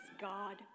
God